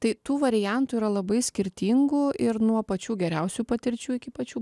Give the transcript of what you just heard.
tai tų variantų yra labai skirtingų ir nuo pačių geriausių patirčių iki pačių